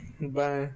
Bye